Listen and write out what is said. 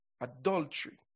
Adultery